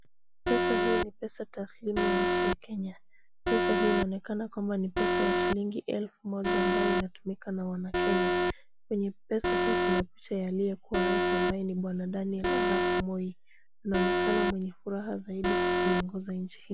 Pesa hii ni pesa taslimu ya nchi ya kenya. Pesa hii inaonekana ni kama pesa ya shilingi elfu moja ambayo inatumika na wakenya. Kwenye pesa hii kuna picha ya aliyekuwa rais ambaye ni bwana Daniel Arap Moi. Anaonekana ni mwenye furaha sana kwa kuiongoza nchi hii.